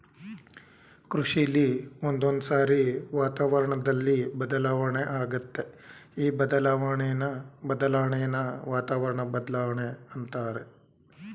ಕೃಷಿಲಿ ಒಂದೊಂದ್ಸಾರಿ ವಾತಾವರಣ್ದಲ್ಲಿ ಬದಲಾವಣೆ ಆಗತ್ತೆ ಈ ಬದಲಾಣೆನ ವಾತಾವರಣ ಬದ್ಲಾವಣೆ ಅಂತಾರೆ